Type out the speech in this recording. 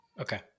Okay